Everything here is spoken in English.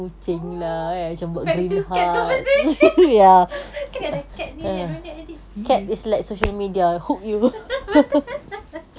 oh back to cat conversation cakap pasal cat ni kan diorang addictive